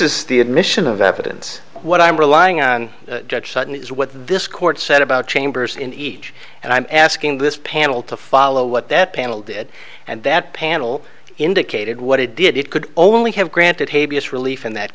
is the admission of evidence what i'm relying on judge sutton is what this court said about chambers in each and i'm asking this panel to follow what that panel did and that panel indicated what it did it could only have granted habeas relief in that